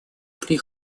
при